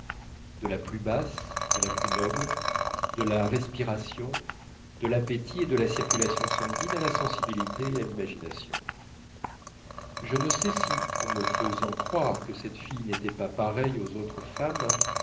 de la plus basse à la plus noble de la respiration de l'appétit et de la circulation sanguine à la sensibilité et à l'imagination je ne sais si en me faisant croire que cette fille n'était pas pareille aux autres femmes